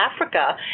Africa